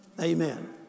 Amen